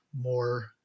more